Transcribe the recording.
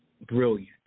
brilliant